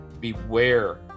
beware